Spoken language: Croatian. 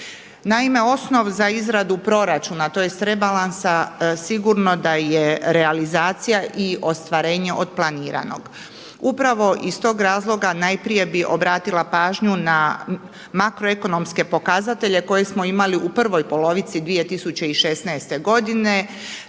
Naime, osnov za izradu proračuna tj. rebalansa sigurno da je realizacija i ostvarenje od planiranog. Upravo iz tog razloga najprije bih obratila pažnju na makroekonomske pokazatelje koje smo imali u prvoj polovici 2016. godine.